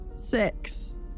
Six